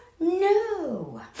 No